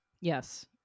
Yes